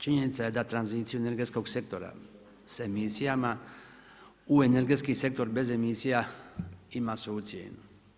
Činjenica je da tranziciju energetskog sektora se emisijama u energetski sektor bez emisija, ima svoju cijenu.